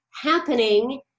happening